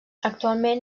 actualment